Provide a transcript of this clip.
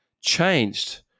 changed